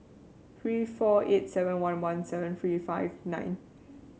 three four eight seven one one seven three five nine